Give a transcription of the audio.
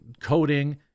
coding